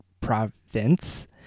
province